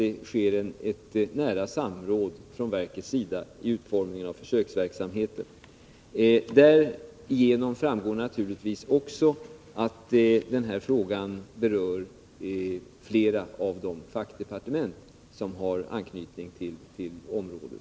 Det bör ske ett nära samråd från verkets sida vid utformningen av försöksverksamheten. Därav framgår naturligtvis också att den här frågan berör flera av de fackdepartement som har anknytning till området.